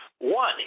One